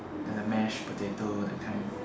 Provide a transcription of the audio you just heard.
like the mashed potato that kind